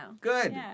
Good